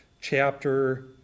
chapter